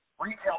retail